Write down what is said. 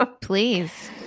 please